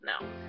No